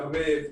קרב,